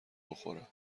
بخوره